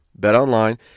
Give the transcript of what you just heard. BetOnline